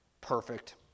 perfect